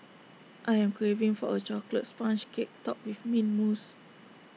I am craving for A Chocolate Sponge Cake Topped with Mint Mousse